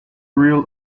real